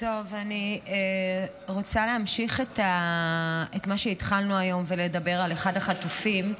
אני רוצה להמשיך את מה שהתחלנו היום ולדבר על אחד החטופים.